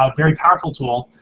ah very powerful tool.